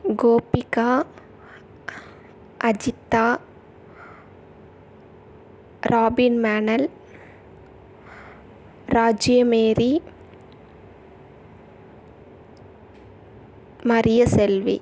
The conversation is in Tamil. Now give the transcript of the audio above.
கோபிகா அஜித்தா ராபின்மேனல் ராஜ்யமேரி மரிய செல்வி